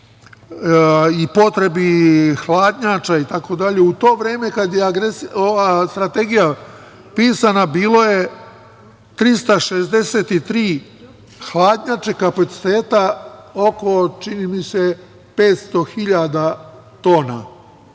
i potrebi hladnjača, u to vreme kada je strategija pisana bile su 363 hladnjače kapaciteta oko 500.000 tona.